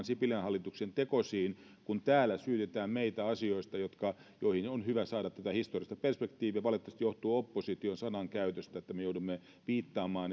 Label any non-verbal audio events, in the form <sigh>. <unintelligible> sipilän hallituksen tekosiin kun täällä syytetään meitä asioista joihin on hyvä saada tätä historiallista perspektiiviä valitettavasti johtuu opposition sanankäytöstä että me joudumme viittaamaan <unintelligible>